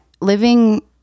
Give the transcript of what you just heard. living